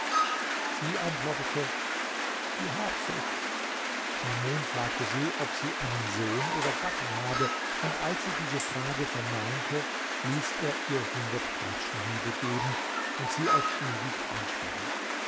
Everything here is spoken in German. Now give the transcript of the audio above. sie antwortete die habsucht mamun fragte sie ob sie einen sohn oder gatten habe und als sie diese frage verneinte ließ er ihr hundert peitschenhiebe geben und sie auf ewig einsperren